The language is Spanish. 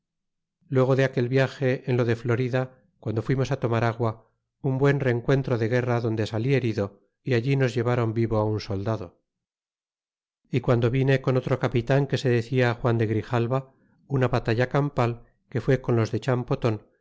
luego de aquel viaje en lo de florida guando fuimos tomar agua un buen rencuentro de guerra donde salí herido y allí nos lleváron vivo un soldado y guando vine con otro capitan que se decía juan de grijalva una batalla campal que fué con los de chanpoton